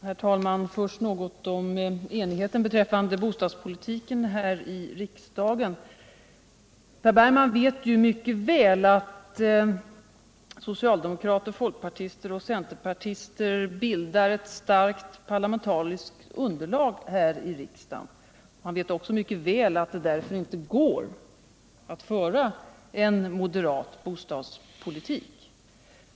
Herr talman! Först något om enigheten beträffande bostadspolitiken här i riksdagen. Per Bergman vet ju mycket väl att socialdemokrater, folkpartister och centerpartister bildar ett starkt parlamentariskt underlag i riksdagen. Han vet också mycket väl att det därför inte går att föra en moderat bostadspolitik.